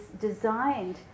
designed